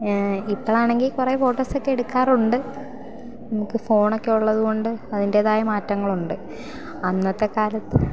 ഇപ്പോളാണെങ്കിൽ കുറേ ഫോട്ടോസൊക്കെ എടുക്കാറുണ്ട് നമുക്ക് ഫോണൊക്കെ ഉള്ളത് കൊണ്ട് അതിൻറ്റേതായ മാറ്റങ്ങളുണ്ട് അന്നത്തെ കാലത്ത്